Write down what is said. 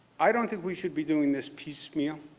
i don't think we should be doing this piecemeal.